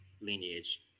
lineage